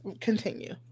Continue